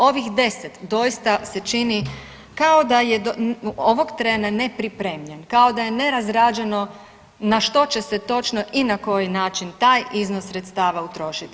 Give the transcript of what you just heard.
Ovih 10 doista se čini kao da je ovog trena ne pripremljen, kao da je ne razrađeno na što će se točno i na koji način taj iznos sredstava utrošiti.